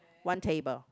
one table